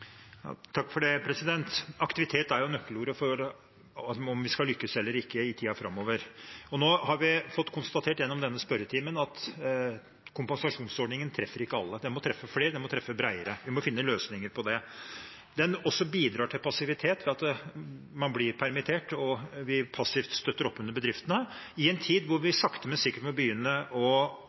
Aktivitet er jo nøkkelordet for om vi skal lykkes eller ikke i tiden framover. Nå har vi gjennom denne spørretimen fått konstatert at kompensasjonsordningen ikke treffer alle. Den må treffe flere, den må treffe bredere, og vi må finne løsninger på det. Den bidrar også til passivitet ved at folk blir permittert, og at vi passivt støtter opp under bedriftene i en tid da vi sakte, men sikkert må begynne å